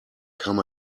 kam